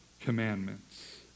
commandments